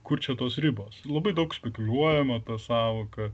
kur čia tos ribos labai daug spekuliuojama ta sąvoka